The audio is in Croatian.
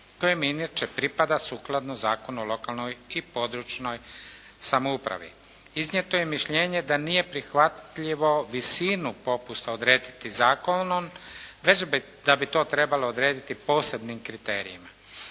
to im inače pripada sukladno zakonu o lokalnoj i područnoj samoupravi. Iznijeto je mišljenje da nije prihvatljivo visinu popusta odrediti zakonom već da bi to trebalo odrediti posebnim kriterijima.